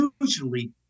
Usually